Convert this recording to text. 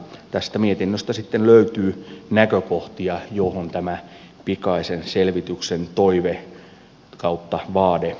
tästä mietinnöstä sitten löytyy näkökohtia joihin tämä pikaisen selvityksen toive tai vaade on nivottu